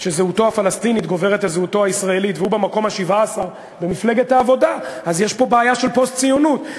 אתה באמת חושב שזה, במפלגת העבודה, זה